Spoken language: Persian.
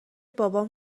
بابام